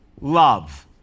love